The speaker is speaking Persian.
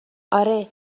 آره